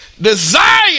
desire